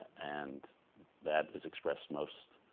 and that is expressed most